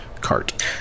cart